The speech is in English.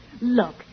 Look